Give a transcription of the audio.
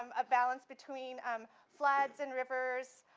um a balance between um floods and rivers,